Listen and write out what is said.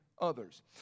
others